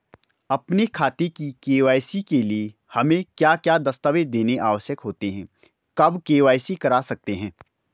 अपने खाते की के.वाई.सी के लिए हमें क्या क्या दस्तावेज़ देने आवश्यक होते हैं कब के.वाई.सी करा सकते हैं?